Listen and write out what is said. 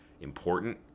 important